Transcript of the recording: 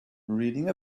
reading